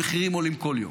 המחירים עולים כל יום.